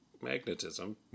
magnetism